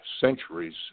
centuries